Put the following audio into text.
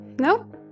No